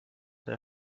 der